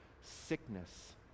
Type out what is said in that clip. sickness